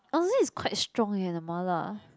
honestly it's quite strong eh the Ma-la